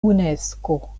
unesko